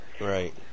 Right